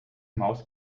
maus